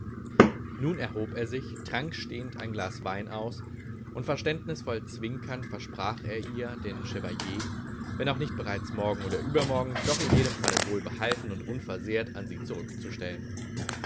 nun erhob er sich trank stehend sein glas wein aus und verständnisvoll zwinkernd versprach er ihr den chevalier wenn auch nicht bereits morgen oder übermorgen doch in jedem falle wohlbehalten und unversehrt an sie zurückzustellen